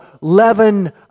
leaven